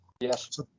Yes